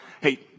hey